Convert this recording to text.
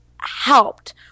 helped